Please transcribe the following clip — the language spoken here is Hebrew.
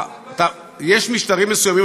יש משטרים מסוימים,